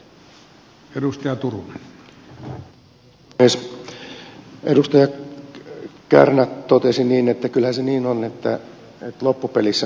edustaja kärnä totesi niin että kyllähän se niin on että loppupelissä kuluttaja aina maksaa